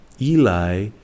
Eli